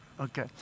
Okay